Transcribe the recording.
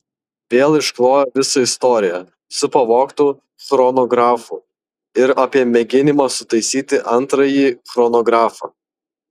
vėl išklojo visą istoriją su pavogtu chronografu ir apie mėginimą sutaisyti antrąjį chronografą